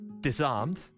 disarmed